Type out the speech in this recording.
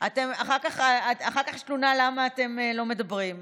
אחר כך יש תלונה למה אתם לא מדברים.